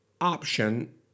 option